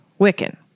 Wiccan